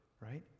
right